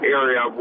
area